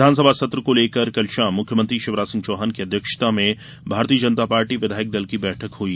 विधानसभा सत्र को लेकर कल शाम मुख्यमंत्री शिवराज सिंह की अध्यक्षता में भारतीय जनता पार्टी विधायक दल की बैठक हुई